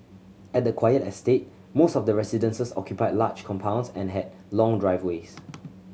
at the quiet estate most of the residences occupied large compounds and had long driveways